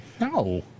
No